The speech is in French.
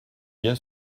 bien